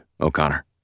O'Connor